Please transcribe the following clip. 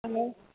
hello